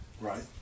right